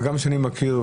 עד כמה שאני מכיר,